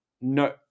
no